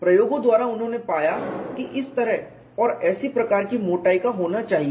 प्रयोगों द्वारा उन्होंने पाया कि इस तरह और ऐसी प्रकार की मोटाई का होना चाहिए